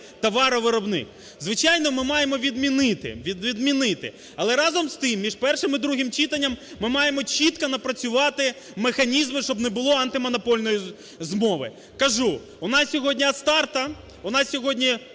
товаровиробник? Звичайно, ми маємо відмінити. Але разом з тим, між першим і другим читанням ми маємо чітко напрацювати механізми, щоб не було антимонопольної змови. Кажу: у нас сьогодні "Астарта", у нас сьогодні